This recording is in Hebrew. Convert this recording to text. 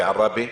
בעראבה,